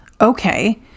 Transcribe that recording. Okay